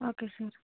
okay sir